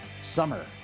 summer